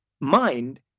mind